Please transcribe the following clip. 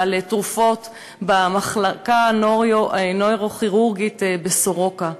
בתרופות במחלקה הנוירוכירורגית בסורוקה.